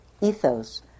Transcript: ethos